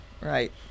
Right